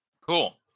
Cool